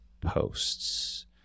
posts